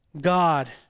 God